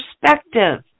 perspective